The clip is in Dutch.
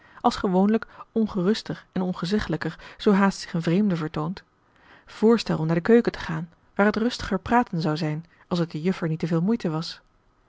als gewoonlijk onrustiger en ongezeggelijker zoo haast zich eene vreemde vertoont voorstel om naar de keuken te gaan waar het rustiger praten zou zijn als het de juffer niet te veel moeite was